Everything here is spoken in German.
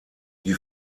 die